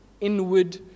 inward